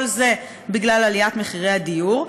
כל זה בגלל עליית מחירי הדיור.